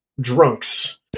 drunks